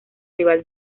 rival